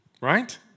right